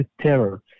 terror